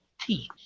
teeth